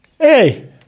Hey